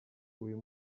uyu